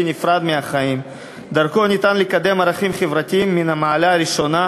נפרד מהחיים ודרכו ניתן לקדם ערכים חברתיים מן המעלה הראשונה,